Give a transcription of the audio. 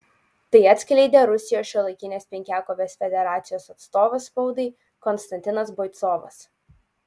tai atskleidė rusijos šiuolaikinės penkiakovės federacijos atstovas spaudai konstantinas boicovas